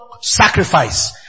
sacrifice